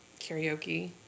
karaoke